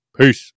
Peace